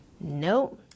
no